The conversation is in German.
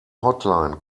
hotline